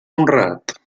honrat